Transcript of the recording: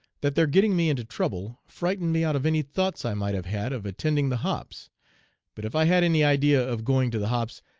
that their getting me into trouble frightened me out of any thoughts i might have had of attending the hops but if i had any idea of going to the hops,